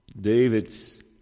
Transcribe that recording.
David's